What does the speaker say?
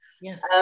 Yes